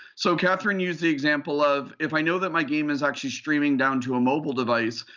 so catherine used the example of if i know that my game is actually streaming down to a mobile device,